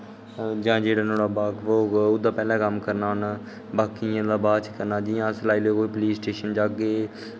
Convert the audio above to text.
जां जेह्ड़ा ओह्दा बाख्फ होग तां ओह्दा पैह्लें कम्म करना ओह्दा बाकियें दा बाद च करना जि'यां तुस लाई लैओ अस पुलिस स्टेशन जाह्गे